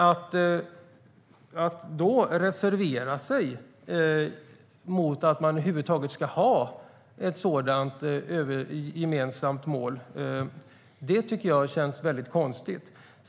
Att då reservera sig mot att man över huvud taget ska ha ett sådant gemensamt mål tycker jag känns väldigt konstigt.